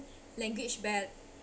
language ba~